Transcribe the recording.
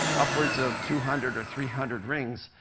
upwards of two hundred or three hundred rings,